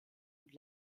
und